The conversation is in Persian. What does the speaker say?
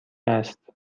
است